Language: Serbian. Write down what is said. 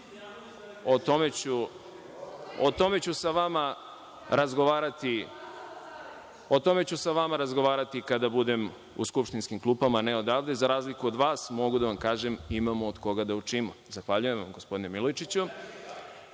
o tome ću sa vama razgovarati kada budem u skupštinskim klupama, a ne odavde, za razliku od vas mogu da vam kažem imamo od koga da učimo. Zahvaljujem vam, gospodine Milojičiću. Povreda